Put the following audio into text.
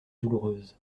douloureuse